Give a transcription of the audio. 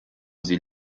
sie